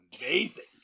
amazing